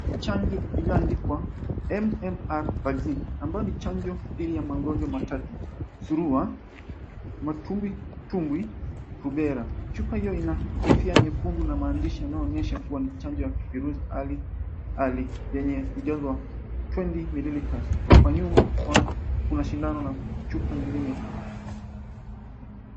Chanjo iliyoandikwa MMR Vaccine ambayo ni chanjo dhidi ya magonjwa matatu. Surua, Matumbwi, Rubera. Chupa hiyo ina kofia nyekundu na maandishi yanaonyesha kuwa ni chanjo ya virusi ali ali yenye ujazwa 20 ml. Kwa nyuma kuna shindano na chupa nyingine.